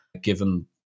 given